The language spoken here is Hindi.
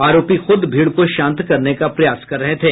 आरोपी खुद भीड को शांत करने का प्रयास कर रहे थे